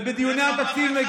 איך אמר לך?